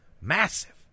massive